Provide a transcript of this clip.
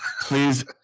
Please